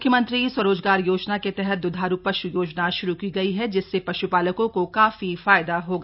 मुख्यमंत्री स्वरोजगार योजना के तहत दुधारू पश् योजना शुरू की गई है जिससे पश्पालकों को काफी फायदा होगा